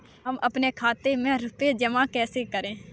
हम अपने खाते में रुपए जमा कैसे करें?